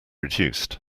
reduced